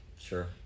Sure